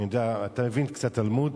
אתה מבין קצת תלמוד,